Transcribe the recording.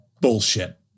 bullshit